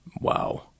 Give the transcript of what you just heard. Wow